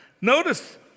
notice